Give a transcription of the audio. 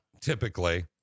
Typically